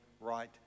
right